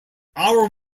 our